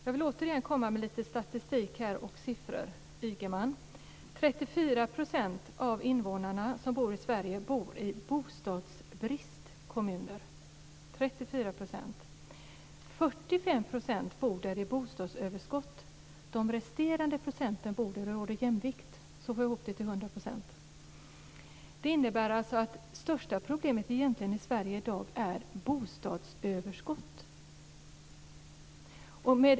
Jag vill återigen komma med statistik, Anders Ygeman. Av Sveriges invånare bor 34 % i kommuner med bostadsbrist, medan 45 % bor i kommuner med bostadsöverskott. Den resterande delen bor där det råder jämvikt. Det största problemet i Sverige i dag är egentligen bostadsöverskott.